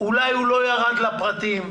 אולי הוא לא ירד לפרטים,